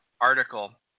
article